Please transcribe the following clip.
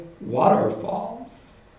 waterfalls